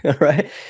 right